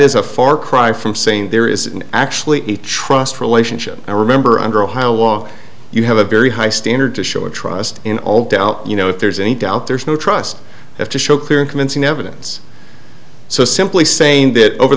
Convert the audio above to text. is a far cry from saying there is actually a trust relationship i remember under how long you have a very high standard to show a trust in all doubt you know if there's any doubt there's no trust have to show clear and convincing evidence so simply saying that over